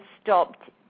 stopped